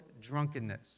drunkenness